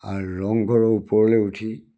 আৰু ৰংঘৰৰ ওপৰলৈ উঠি